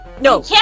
No